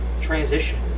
transition